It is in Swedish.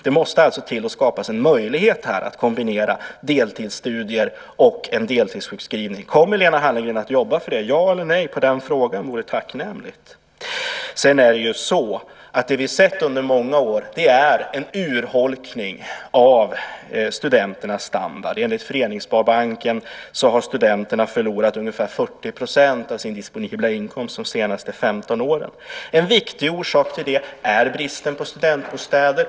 Det måste alltså skapas en möjlighet att kombinera deltidsstudier och en deltidssjukskrivning. Kommer Lena Hallengren att jobba för det? Ett ja eller ett nej som svar på den frågan vore tacknämligt. Sedan är det ju så att det vi sett under många år är en urholkning av studenternas standard. Enligt Föreningssparbanken har studenterna förlorat ungefär 40 % av sin disponibla inkomst de senaste 15 åren. En viktig orsak till det är bristen på studentbostäder.